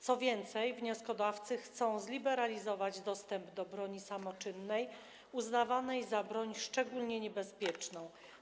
Co więcej, wnioskodawcy chcą zliberalizować dostęp do broni samoczynnej, uznawanej za broń szczególnie niebezpieczną.